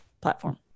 platform